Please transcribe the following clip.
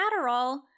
Adderall